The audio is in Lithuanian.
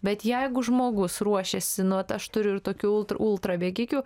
bet jeigu žmogus ruošiasi nuo vat aš turiu ir tokių ultra ultra bėgikių